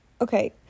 Okay